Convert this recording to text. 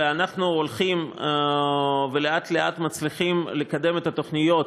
ואנחנו הולכים ולאט-לאט מצליחים לקדם את התוכניות